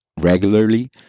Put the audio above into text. regularly